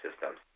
systems